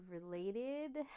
related